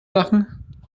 machen